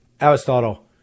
Aristotle